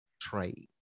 trade